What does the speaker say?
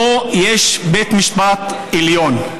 פה יש בית משפט עליון.